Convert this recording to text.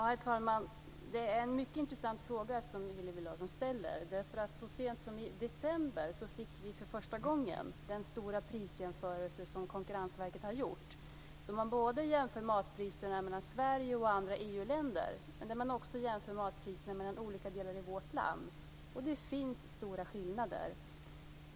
Herr talman! Det är en mycket intressant fråga som Hillevi Larsson ställer. Så sent som i december fick vi för första gången den stora prisjämförelse som konkurrensverket har gjort. Man har dels jämfört matpriserna i Sverige med dem i andra EU-länder dels jämfört matpriser i olika delar i vårt land. Det finns stora skillnader.